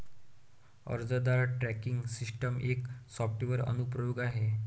अर्जदार tracking system एक software अनुप्रयोग आहे